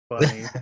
funny